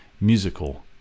musical